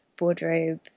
wardrobe